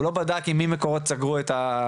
הוא לא בדק עם מי מקורות סגרו את ההסכם.